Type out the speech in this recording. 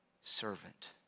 servant